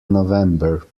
november